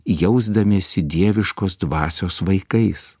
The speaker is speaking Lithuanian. jausdamiesi dieviškos dvasios vaikais